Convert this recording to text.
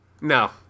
No